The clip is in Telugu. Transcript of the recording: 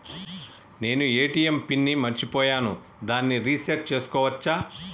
నేను ఏ.టి.ఎం పిన్ ని మరచిపోయాను దాన్ని రీ సెట్ చేసుకోవచ్చా?